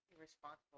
responsible